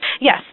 Yes